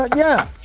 yeah,